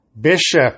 bishop